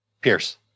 Pierce